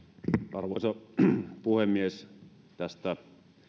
arvoisa puhemies tästä